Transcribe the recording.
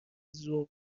ذوق